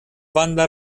banda